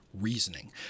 reasoning